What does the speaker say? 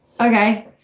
Okay